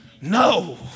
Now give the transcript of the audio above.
No